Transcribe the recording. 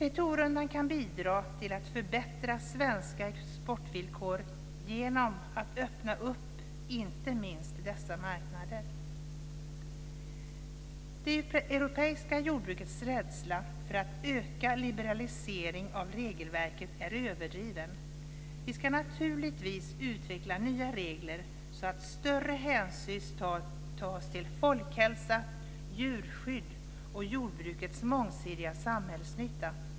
WTO-rundan kan bidra till att förbättra svenska exportvillkor genom att öppna upp inte minst dessa marknader. Det europeiska jordbrukets rädsla för ökad liberalisering av regelverket är överdriven. Vi ska naturligtvis utveckla nya regler så att större hänsyn tas till folkhälsa, djurskydd och jordbrukets mångsidiga samhällsnytta.